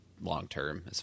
long-term